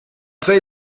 twee